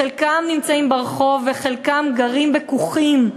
חלקם נמצאים ברחוב וחלקם גרים בכוכים,